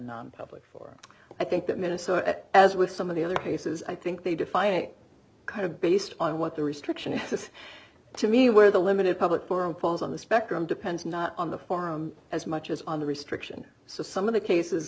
non public for i think that minnesota as with some of the other places i think they define a kind of based on what the restriction says to me where the limited public forum falls on the spectrum depends not on the form as much as on the restriction so some